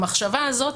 את המחשבה הזאת,